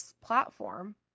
platform